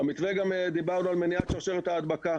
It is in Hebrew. במתווה גם דיברנו על מניעת שרשרת ההדבקה,